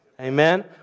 Amen